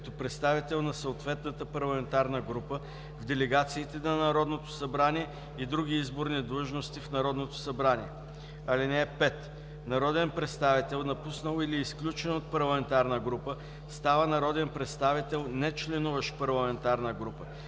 като представител на съответната парламентарна група, в делегациите на Народното събрание и други изборни длъжности в Народното събрание. (5) Народен представител, напуснал или изключен от парламентарна група, става народен представител, нечленуващ в парламентарна група,